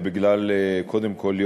קודם כול,